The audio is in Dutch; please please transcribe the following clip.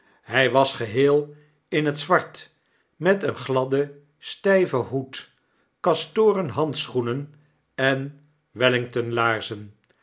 hij was geheel in het zwart met een gladden styven hoed kastoren handschoenen en